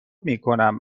میکنم